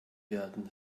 werden